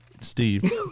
Steve